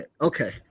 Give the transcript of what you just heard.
okay